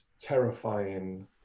terrifying